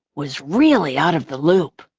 was really out of the loop.